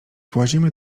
włazimy